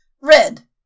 Red